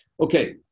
Okay